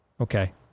Okay